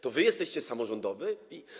To wy jesteście samorządowi?